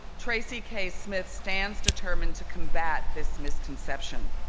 tracy k. smith stands determined to combat this misconception.